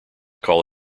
call